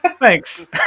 Thanks